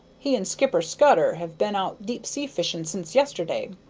he and skipper scudder have been out deep-sea fishing since yesterday.